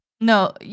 No